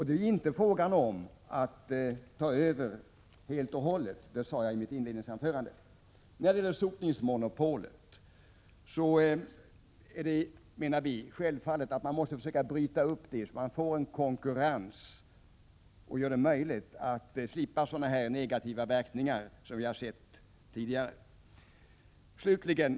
Det är inte fråga om att de skall ta över helt och hållet, det sade jag i mitt inledningsanförande. Sotningsmonopolet menar vi att man självfallet måste försöka bryta upp, så att man får en konkurrens och slipper sådana negativa verkningar som vi har sett tidigare.